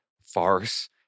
farce